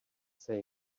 say